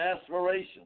aspiration